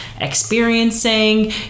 experiencing